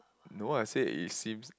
no I said it seems